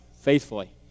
faithfully